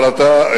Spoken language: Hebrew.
אבל אתה,